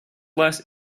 less